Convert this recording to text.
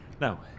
Now